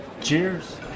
Cheers